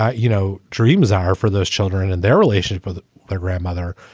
ah you know, dreams are for those children and their relations for their grandmother.